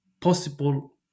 possible